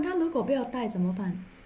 那如果不要戴怎么办